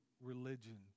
religion